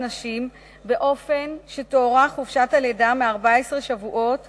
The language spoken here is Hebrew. נשים באופן שתוארך חופשת הלידה מ-14 שבועות